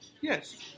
Yes